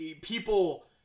people